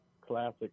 Classic